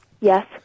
Yes